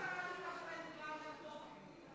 קרה לך שאתה דיברת פה?